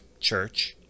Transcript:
church